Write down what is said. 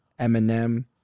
Eminem